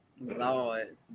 Lord